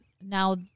now